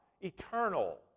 eternal